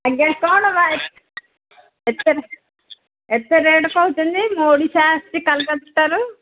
ଆଜ୍ଞା କ'ଣ ଭାଇ ଏତେ ଏତେ ରେଟ୍ କହୁଛନ୍ତି ଯେ ମୁଁ ଓଡ଼ିଶା ଆସିଛି କାଲକାଟାରୁ